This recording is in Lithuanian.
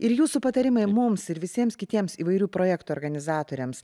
ir jūsų patarimai mums ir visiems kitiems įvairių projektų organizatoriams